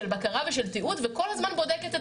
של בקרה ושל תיעוד וכל הזמן בודקת את